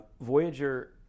Voyager